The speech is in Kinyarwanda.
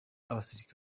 abasirikari